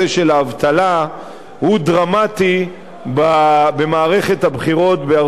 הוא דרמטי במערכת הבחירות בארצות-הברית.